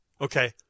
Okay